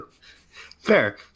Fair